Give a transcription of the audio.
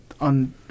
on